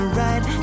right